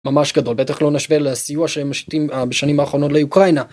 ממש גדול בטח לא נשווה לסיוע שהם מושיטים בשנים האחרונות לאוקראינה.